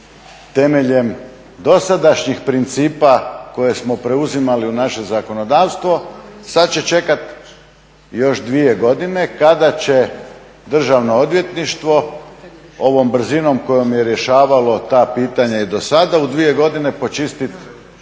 temeljem dosadašnjih principa koje smo preuzimali u naše zakonodavstvo sada će čekati još dvije godine kada će državno odvjetništvo ovom brzinom kojom je rješavalo ta pitanja i do sada u dvije godine počistiti